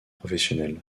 professionnelle